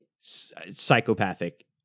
psychopathic